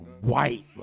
white